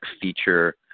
feature